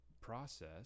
process